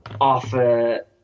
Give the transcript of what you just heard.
offer